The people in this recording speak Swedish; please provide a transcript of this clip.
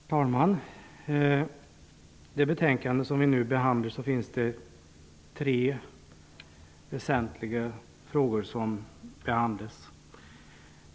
Herr talman! I det betänkade som vi behandlar tas tre väsentliga frågor upp.